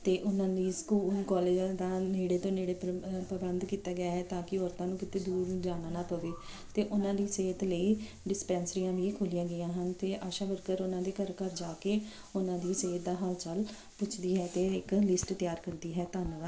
ਤੇ ਉਹਨਾਂ ਦੀ ਸਕੂਲ ਕਾਲਜ ਦਾ ਨੇੜੇ ਦੇ ਨੇੜੇ ਪ੍ਰਬੰਧ ਕੀਤਾ ਗਿਆ ਹੈ ਤਾਂ ਕਿ ਔਰਤਾਂ ਨੂੰ ਕਿੱਤੇ ਜਰੂਰ ਜਾਣਾ ਨਾ ਪਵੇ ਤੇ ਉਹਨਾਂ ਦੀ ਸਿਹਤ ਲਈ ਡਿਸਪੈਂਸਰੀ ਵੀ ਖੁੱਲੀਆਂ ਗਈਆਂ ਹਨ ਤੇ ਆਸ਼ਾ ਵਰਕਰ ਉਹਨਾਂ ਦੇ ਘਰ ਘਰ ਜਾ ਕੇ ਉਹਨਾਂ ਦੀ ਸਿਹਤ ਦਾ ਹਾਲ ਚਾਲ ਪੁੱਛਦੀ ਹੈ ਇੱਕ ਲਿਸਟ ਤਿਆਰ ਕਰਦੀ ਹੈ ਧੰਨਵਾਦ